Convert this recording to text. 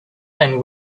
and